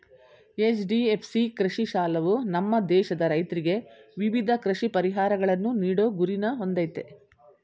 HDFC ಕೃಷಿ ಸಾಲವು ನಮ್ಮ ದೇಶದ ರೈತ್ರಿಗೆ ವಿವಿಧ ಕೃಷಿ ಪರಿಹಾರಗಳನ್ನು ನೀಡೋ ಗುರಿನ ಹೊಂದಯ್ತೆ